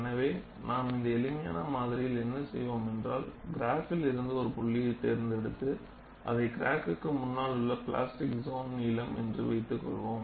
எனவே நாம் இந்த எளிமையான மாதிரியில் என்ன செய்வோம் என்றால் கிராஃபில் இருந்து ஒரு புள்ளியைத் தேர்ந்தெடுத்து அதை கிராக்குக்கு முன்னால் உள்ள பிளாஸ்டிக் சோன் நீளம் என்று வைத்துக்கொள்வோம்